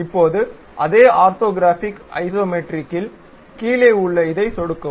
இப்போது அதே ஆர்த்தோகிராஃபிக் ஐசோமெட்ரிக்கில் கீழே உள்ள இதைச் சொடுக்கவும்